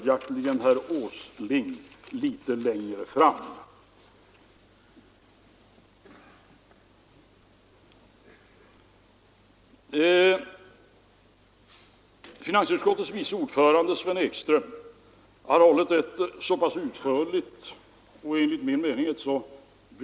Jag har tidigare understrukit att vi i dag har en exceptionell exportkonjunktur på viktiga svenska exportvaror.